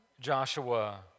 Joshua